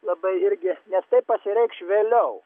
labai irgi nes tai pasireikš vėliau